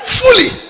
fully